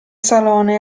salone